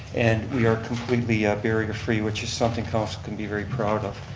and we are completely barrier free, which is something council can be very proud of.